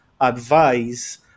advise